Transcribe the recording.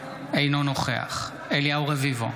אינו נוכח אליהו רביבו,